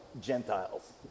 Gentiles